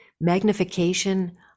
magnification